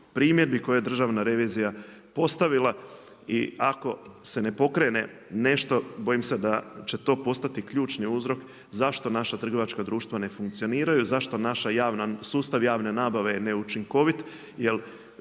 primjedbi koje je Državna revizija postavila i ako se ne porekne nešto, bojim se da će to postati ključni uzrok zašto naša trgovačka društva ne funkcioniraju, zašto naš sustav javne nabave je neučinkovit,